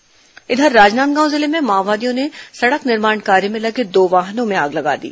माओवादी आगजनी राजनांदगांव जिले में माओवादियों ने सड़क निर्माण कार्य में लगे दो वाहनों में आग लगा दी